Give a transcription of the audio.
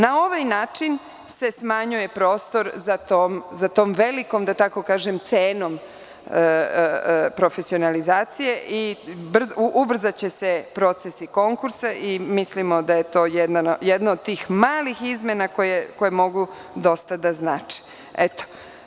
Na ovaj način se smanjuje prostor za tom velikom, da tako kažem, cenom profesionalizacije i ubrzaće se procesi konkursa i mislimo da je to jedna od tih malih izmena koje mogu dosta da znače.